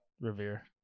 Revere